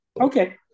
Okay